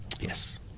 yes